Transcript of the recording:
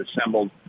assembled